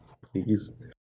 please